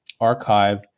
archive